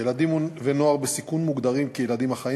ילדים ונוער בסיכון מוגדרים כילדים החיים